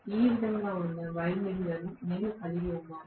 ఈ విధంగా ఉన్న వైండింగ్లను నేను కలిగి ఉన్నాను